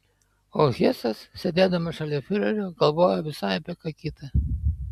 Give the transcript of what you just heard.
o hesas sėdėdamas šalia fiurerio galvojo visai apie ką kitą